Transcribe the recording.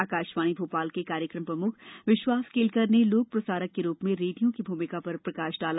आकाशवाणी भोपाल के कार्यक्रम प्रम्ख विश्वास केलकर ने लोक प्रसारक के रूप में रेडियो की भूमिका पर प्रकाश डाला